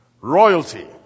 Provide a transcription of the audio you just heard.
royalty